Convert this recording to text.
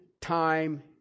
time